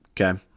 Okay